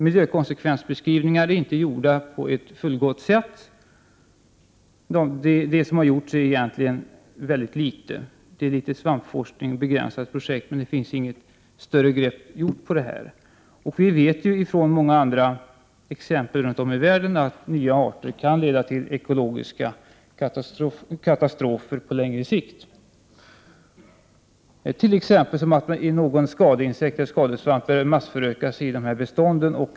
Miljökonsekvensbeskrivningarna har inte gjorts på ett fullgott sätt. Egentligen har man gjort väldigt litet i detta avseende. Det rör sig endast om litet svampforskning och begränsade projekt. Man har inte något mera omfattande grepp om detta. Ändå har vi ju erfarenheter från andra platser runt om i världen som visar att införandet av nya arter kan leda till ekologiska katastrofer på längre sikt. En skadeinsekt eller skadesvamp kan ju massföröka sig i befintliga bestånd.